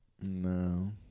No